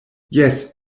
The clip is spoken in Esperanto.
jes